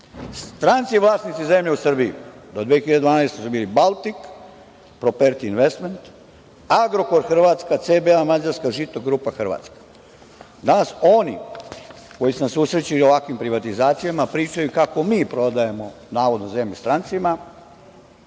Stranci vlasnici zemlje u Srbiji do 2012. godine su bili “Baltic Property Investments”, „Agrokor Hrvatska“, „CBA Mađarska“, „Žito grupa Hrvatska“. Danas oni koji se susreću i ovakvim privatizacijama pričaju kako mi prodajemo zemlju strancima,